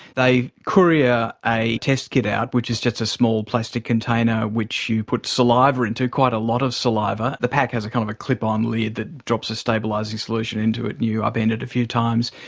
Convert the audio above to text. they courier a test kit out, which is just a small plastic container which you put saliva into, quite a lot of saliva. the pack has a kind of clip-on lid that drops a stabilising solution into it, and you upend it a few times.